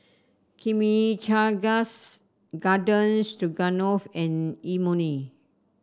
Chimichangas Garden Stroganoff and Imoni